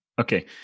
Okay